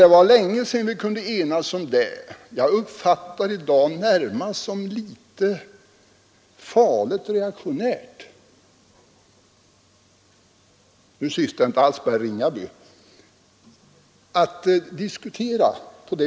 Det var länge sedan vi kunde vara överens om det. Jag uppfattar det i dag närmast som litet farligt och reaktionärt — nu syftar jag inte alls på herr Ringaby personligen — att diskutera som han gör.